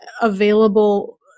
available